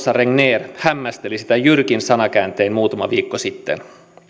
åsa regner hämmästeli sitä jyrkin sanakääntein muutama viikko sitten